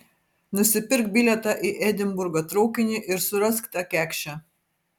nusipirk bilietą į edinburgo traukinį ir surask tą kekšę